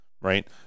right